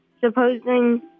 supposing